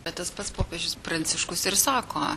bet tas pats popiežius pranciškus ir sako